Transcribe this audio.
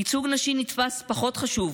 ייצוג נשים נתפס כפחות חשוב